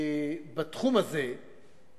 בתחום הזה,